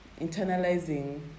internalizing